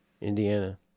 Indiana